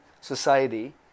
society